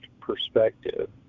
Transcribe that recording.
perspective